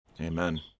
Amen